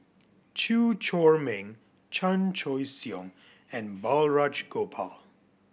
Chew Chor Meng Chan Choy Siong and Balraj Gopal